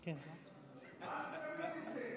אל תקבל.